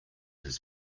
his